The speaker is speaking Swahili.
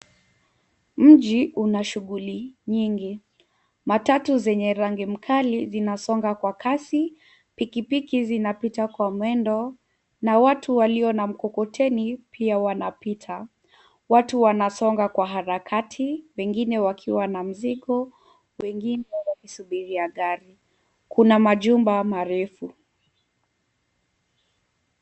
Mji una shughuli nyingi. Matatu zenye rangi mkali zinasonga kwa kasi. Pikipiki zinapita kwa mwendo na watu walio na mkokoteni pia wanapita. Watu wanasonga kwa harakati, wengine wakiwa na mzigo wengine wakisubiria gari. Kuna majumba marefu.